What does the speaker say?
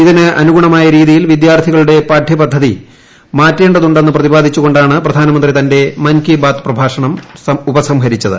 ഇതിന് അനുഗുണമായ രീതിയിൽ വിദ്യാർത്ഥികളുടെ പാഠ്യപദ്ധതി മാറ്റേണ്ടതുണ്ടെന്ന് പ്രതിപാദിച്ചു കൊണ്ടാണ് പ്രധാനമന്ത്രി തന്റെ മൻകീ ബാത്ത് പ്രഭാഷണം ഉപസംഹരിച്ചത്